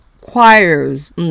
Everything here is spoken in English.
choirs